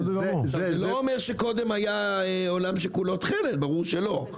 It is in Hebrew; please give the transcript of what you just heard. זה לא אומר שקודם היה עולם שכולו תכלת ברור שלא,